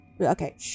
Okay